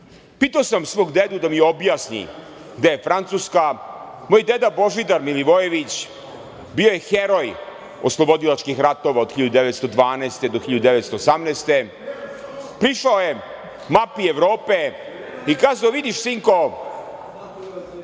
Pitao svog dedu da mi objasni gde je Francuska. Moj deda Božidar Milivojević bio je heroj oslobodilačkih ratova od 1912. do 1918. godine, prišao je mapi Evrope i kazao – vidiš sinko,